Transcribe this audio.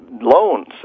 loans